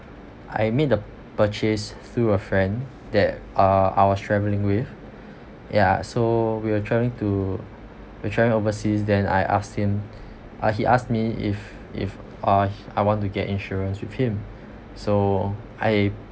I made the purchase through a friend that uh I was travelling with ya so we were travelling to we're travelling overseas then I asked him uh he asked me if if uh h~ I want to get insurance with him so I